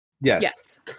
Yes